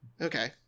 Okay